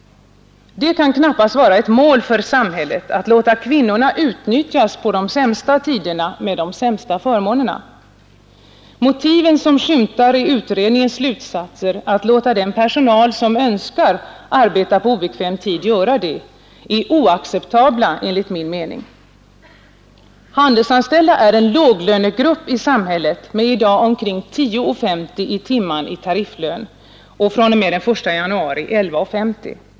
Det kan knappast vara ett mål för samhället att låta kvinnorna utnyttjas på de sämsta tiderna med de sämsta förmånerna. Motiven som skymtar i utredningens slutsatser att låta den personal som önskar arbeta på obekväm tid göra det är oacceptabla enligt min mening. Handelsanställda är en låglönegrupp i samhället med i dag omkring 10:50/timme i tarifflön och fr.o.m. den 1 januari 11:50.